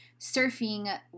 surfing